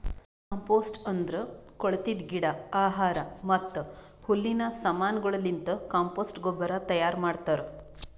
compost ಅಂದುರ್ ಕೊಳತಿದ್ ಗಿಡ, ಆಹಾರ ಮತ್ತ ಹುಲ್ಲಿನ ಸಮಾನಗೊಳಲಿಂತ್ ಕಾಂಪೋಸ್ಟ್ ಗೊಬ್ಬರ ತೈಯಾರ್ ಮಾಡ್ತಾರ್